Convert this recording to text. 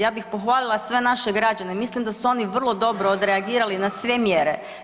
Ja bih pohvalila sve naše građane, mislim da su oni vrlo dobro odreagirali na sve mjere.